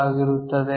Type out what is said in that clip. ಆಗಿರುತ್ತದೆ